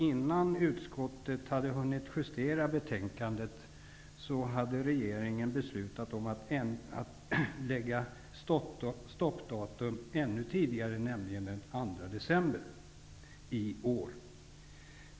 Innan utskottet hade hunnit justera betänkandet hade regeringen beslutat om att sätta stoppdatum ännu tidigare, nämligen den 2 december i år.